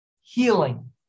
healing